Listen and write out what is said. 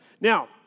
Now